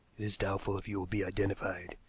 it is doubtful if you will be identified.